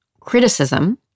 criticism